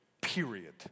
period